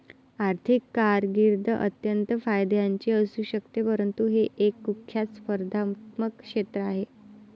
आर्थिक कारकीर्द अत्यंत फायद्याची असू शकते परंतु हे एक कुख्यात स्पर्धात्मक क्षेत्र आहे